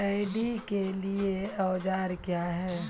Paddy के लिए औजार क्या हैं?